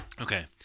Okay